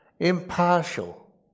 impartial